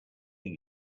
used